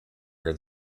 her